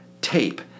tape